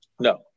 No